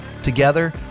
together